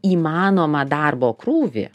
įmanomą darbo krūvį